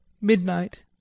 midnight